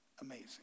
amazing